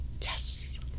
Yes